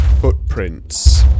footprints